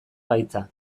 gaitza